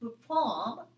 perform